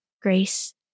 grace